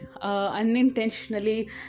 unintentionally